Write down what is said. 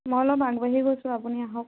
মই অলপ আগবাঢ়ি গৈছোঁ আপুনি আহক